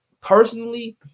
Personally